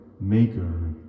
maker